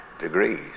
degrees